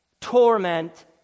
torment